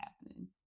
happening